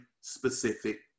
specific